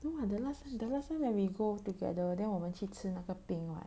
no [what] the last time last time when we go together then 我们去吃那个冰 [what]